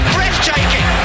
Breathtaking